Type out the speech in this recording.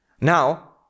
Now